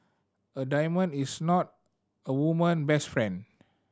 a diamond is not a woman best friend